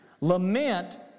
Lament